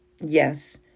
Yes